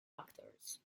actors